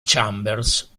chambers